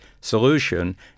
solution